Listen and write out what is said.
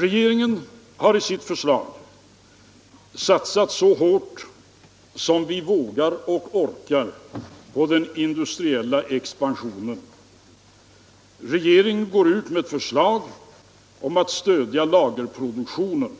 Regeringen har i sitt förslag satsat så hårt som vi vågar och orkar på den industriella expansionen. Regeringen går ut med förslag om att stödja lagerproduktionen.